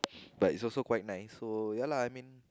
but it's also quite nice so ya lah I mean